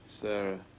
Sarah